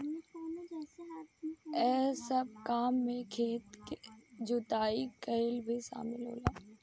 एह सब काम में खेत के जुताई कईल भी शामिल रहेला